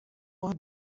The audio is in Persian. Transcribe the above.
ماه